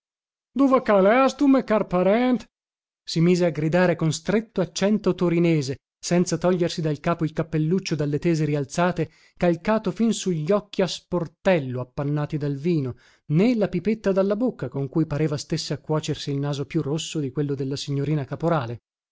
me car parent si mise a gridare con stretto accento torinese senza togliersi dal capo il cappelluccio dalle tese rialzate calcato fin su gli occhi a sportello appannati dal vino né la pipetta dalla bocca con cui pareva stesse a cuocersi il naso più rosso di quello della signorina caporale